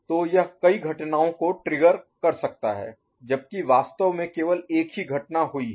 तो यह कई घटनाओं को ट्रिगर कर सकता है जबकि वास्तव में केवल एक ही घटना हुई है